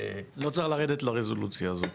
לא צריך לרדת לרזולוציה הזו.